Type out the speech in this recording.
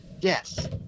Yes